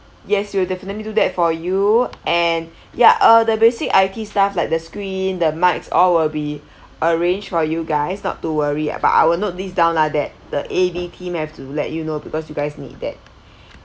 yes we will definitely do that for you and yeah uh the basic I_T stuff like the screen the mics all will be arranged for you guys not to worry about I will note these down lah that the A_D team have to let you know because you guys need that